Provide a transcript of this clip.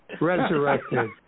Resurrected